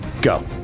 Go